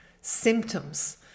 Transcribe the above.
symptoms